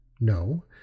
No